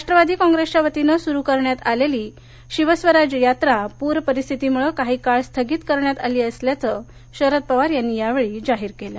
राष्ट्रवादी कॉप्रेसच्या वतीने सुरु करण्यात आलेली शिव स्वराज यात्रा पूर परिस्थितीमुळे काही काळ स्थगित करण्यात आली असल्याचं शरद पवार यांनी यावेळी जाहीर केलं